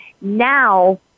now